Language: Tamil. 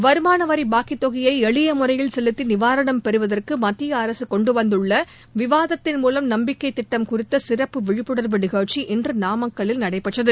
வருமானவரி பாக்கித் தொகையை எளிய முறையில் செலுத்தி நிவாரணம் பெறுவதற்கு மத்திய அரசு கொண்டு வந்துள்ள விவாதத்தின் மூலம் நம்பிக்கை திட்டம் குறித்த சிறப்பு விழிப்புணர்வு நிகழ்ச்சி இன்று நாமக்கல்லில் நடைபெற்றது